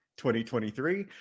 2023